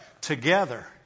together